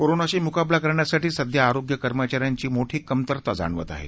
कोरोनाशी मुकाबला करण्यासाठी सध्या आरोग्य कर्मचाऱ्यांची मोठी कमतरता जाणवत आहे